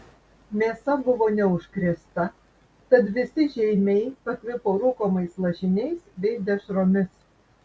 mėsa buvo neužkrėsta tad visi žeimiai pakvipo rūkomais lašiniais bei dešromis